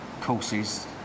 courses